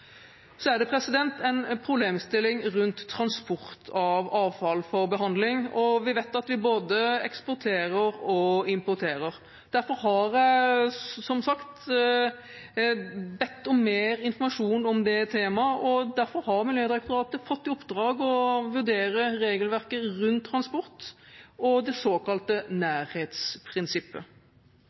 Så er det en problemstilling rundt transport av avfall for behandling, og vi vet at vi både eksporterer og importerer. Derfor har jeg, som sagt, bedt om mer informasjon om det temaet, og derfor har Miljødirektoratet fått i oppdrag å vurdere regelverket rundt transport og det såkalte nærhetsprinsippet.